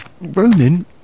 Roman